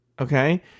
okay